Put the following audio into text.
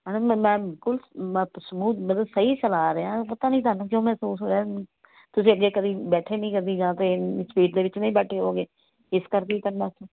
madam ਮੈਂ ਬਿਲਕੁਲ ਮੈਂ ਸਮੂਥ ਮਤਲਬ ਸਹੀ ਚਲਾ ਰਿਹਾ ਪਤਾ ਨਹੀਂ ਤੁਹਾਨੂੰ ਕਿਉਂ ਮਹਿਸੂਸ ਹੋਇਆ ਤੁਸੀਂ ਅੱਗੇ ਕਦੀ ਬੈਠੇ ਨਹੀਂ ਕਦੀ ਜਾਂ ਫਿਰ ਸਪੀਡ ਦੇ ਵਿੱਚ ਨਹੀਂ ਬੈਠੇ ਹੋਓਗੇ ਇਸ ਕਰਕੇ ਤੁਹਾਨੂੰ